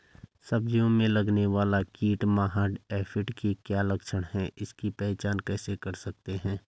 सब्जियों में लगने वाला कीट माह एफिड के क्या लक्षण हैं इसकी पहचान कैसे कर सकते हैं?